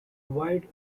wide